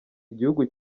igihugu